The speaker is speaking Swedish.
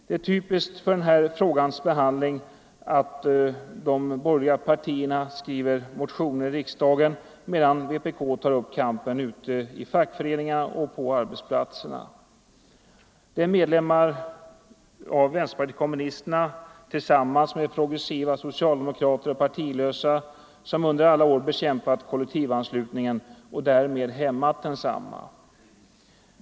Det är typiskt för den här frågans behandling att de borgerliga skriver motioner i riksdagen, medan vpk tar upp kampen ute i fackföreningarna och på arbetsplatserna. Det är medlemmar av vänsterpartiet kommunisterna tillsammans med progressiva socialdemokrater och partilösa som under alla år bekämpat kollektivanslutningen och därmed hämmat densamma.